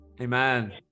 Amen